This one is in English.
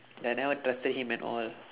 that I never trusted him and all